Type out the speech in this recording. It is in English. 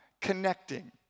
connecting